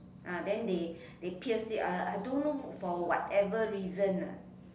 ah then they they pierce it I I don't know for whatever reason ah